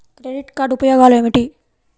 Credit card ఉపయోగాలు ఏమిటి?